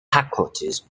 headquarters